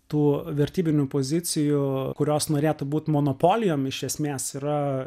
tų vertybinių pozicijų kurios norėtų būt monopolijom iš esmės yra